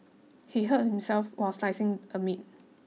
he hurt himself while slicing a meat